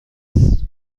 است